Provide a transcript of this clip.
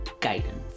guidance